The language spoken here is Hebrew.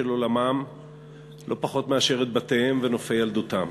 עולמם לא פחות מאשר את בתיהם ונופי ילדותם.